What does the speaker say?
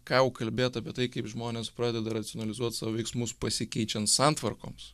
ką jau kalbėt apie tai kaip žmonės pradeda racionalizuot savo veiksmus pasikeičiant santvarkoms